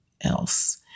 Else